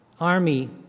army